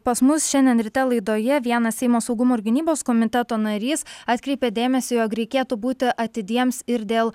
pas mus šiandien ryte laidoje vienas seimo saugumo ir gynybos komiteto narys atkreipė dėmesį jog reikėtų būti atidiems ir dėl